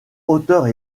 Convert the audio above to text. auteurs